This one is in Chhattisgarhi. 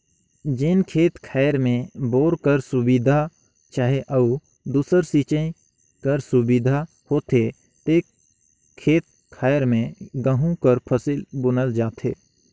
जेन खेत खाएर में बोर कर सुबिधा चहे अउ दूसर सिंचई कर सुबिधा होथे ते खेत खाएर में गहूँ कर फसिल बुनल जाथे